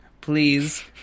please